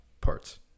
parts